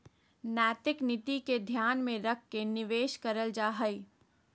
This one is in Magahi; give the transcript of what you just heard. नैतिक नीति के ध्यान में रख के निवेश करल जा हइ